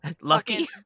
Lucky